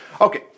Okay